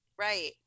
Right